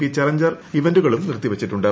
P challenger ഇവന്റുകളും നിർത്തിവച്ചിട്ടുണ്ട്